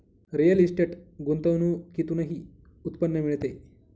real estate गुंतवणुकीतूनही उत्पन्न मिळते